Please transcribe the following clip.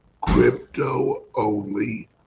crypto-only